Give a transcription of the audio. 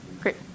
Great